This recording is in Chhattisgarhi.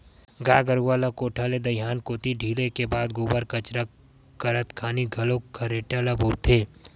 गाय गरुवा ल कोठा ले दईहान कोती ढिले के बाद गोबर कचरा करत खानी घलोक खरेटा ल बउरथे